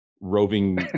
roving